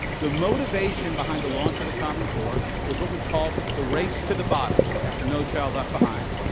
the motivation behind the launch of the common core was what we called the race to the bottom, after no child left behind,